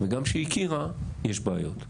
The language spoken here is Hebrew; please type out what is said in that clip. וגם שהיא הכירה יש בעיות.